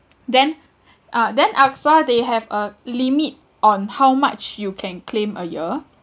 then uh then AXA they have a limit on how much you can claim a year